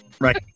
Right